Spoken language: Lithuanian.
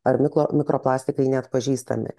ar miklo mikroplastikai neatpažįstami